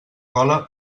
cola